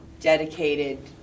Dedicated